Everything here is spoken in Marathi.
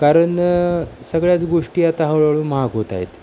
कारण सगळ्याच गोष्टी आता हळूहळू महाग होत आहेत